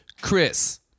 Chris